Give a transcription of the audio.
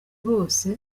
bose